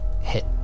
hit